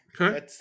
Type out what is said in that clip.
Okay